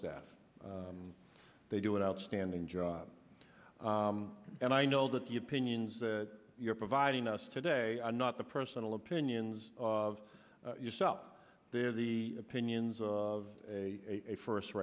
that they do it outstanding job and i know that the opinions that you're providing us today are not the personal opinions of yourself they're the opinions of a first